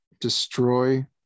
destroy